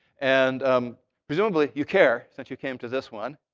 and um presumably, you care since you came to this one.